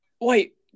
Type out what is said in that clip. Wait